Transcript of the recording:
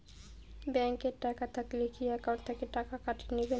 Bank এ টাকা থাকিলে কি একাউন্ট থাকি টাকা কাটি নিবেন?